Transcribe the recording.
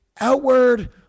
outward